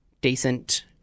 decent